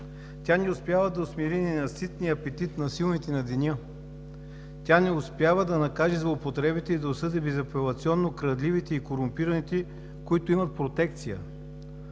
Тя не успява да усмири ненаситния апетит на силните на деня. Тя не успява да накаже злоупотребите и да осъди безапелационно крадливите и корумпираните, които имат протекция.